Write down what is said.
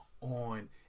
on